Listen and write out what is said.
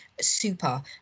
Super